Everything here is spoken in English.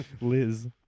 liz